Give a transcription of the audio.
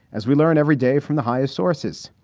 as we learn every day from the highest sources,